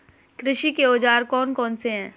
कृषि के औजार कौन कौन से हैं?